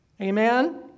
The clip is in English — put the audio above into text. Amen